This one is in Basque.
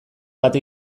bat